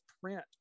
print